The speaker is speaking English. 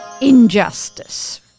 Injustice